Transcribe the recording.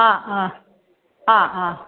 हा ह हा ह